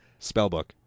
Spellbook